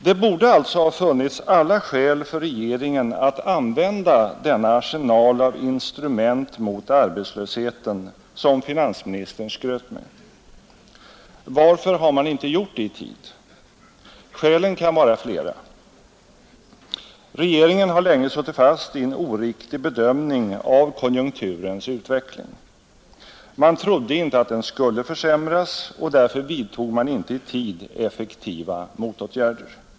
Det borde alltså ha funnits alla skäl för regeringen att använda denna arsenal av instrument mot arbetslösheten, som finansministern skröt med. Varför har man inte gjort det i tid? Skälen kan vara flera. Regeringen har länge suttit fast i en oriktig bedömning av konjunkturens utveckling. Man trodde inte att den skulle försämras, och därför vidtog man inte i tid effektiva motåtgärder.